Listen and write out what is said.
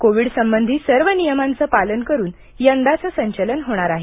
Covid संबंधी सर्व नियमांचे पालन करून यंदाचे संचलन होणार आहे